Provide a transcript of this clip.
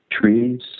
trees